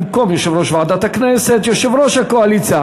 במקום יושב-ראש ועדת הכנסת: יושב-ראש הקואליציה,